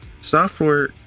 Software